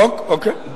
חוק, אוקיי.